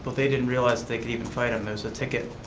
but they didn't realize they could even fight them. there was a ticket,